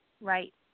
Right